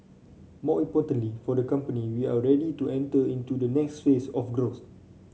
more importantly for the company we are ready to enter into the next phase of growth